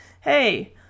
Hey